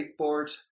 skateboard